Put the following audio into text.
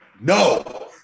no